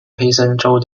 黑森州